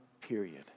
period